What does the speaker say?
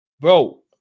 Bro